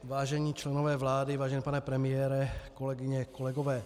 Vážení členové vlády, vážený pane premiére, kolegyně, kolegové.